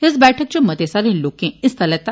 एस बैठक इच मते सारे लोकें हिस्सा लैता